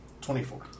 Twenty-four